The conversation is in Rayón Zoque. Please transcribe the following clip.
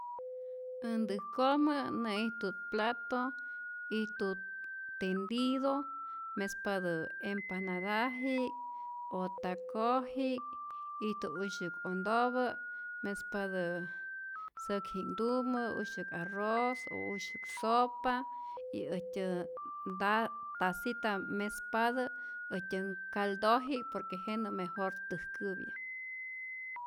Äj ntäjkojmä nä'ijtu't plato, ijtu tendido, mespatä empanadaji'k o takoji'k, ijtu usyäk ondopä mespatä säkji'knhtumä, usyäk arroz o usyäk sopa, y äjtyä nta tasita mespatä este caldoji'k por que jenä mejor täjkäpya.